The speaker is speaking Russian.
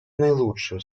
наилучшим